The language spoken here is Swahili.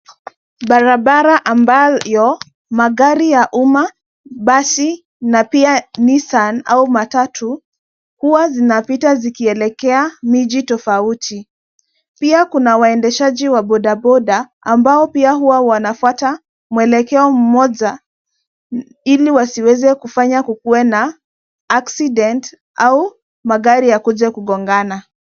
Barabara ambayo magari ya umma, basi na pia nissan au matatu huwa zinapita zikielekea miji tofauti. Pia kuna waendeshaji wa bodaboda ambao pia huwa wanafuata mwelekeo mmoja ili wasiweze kufanya kukuwe na accident au magari ya kuja kugongana.